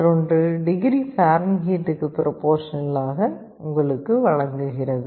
மற்றொன்று டிகிரி பாரன்ஹீட்டுக்கு ப்ரொபோர்ஷனலாக உங்களுக்கு வழங்குகிறது